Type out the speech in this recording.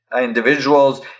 individuals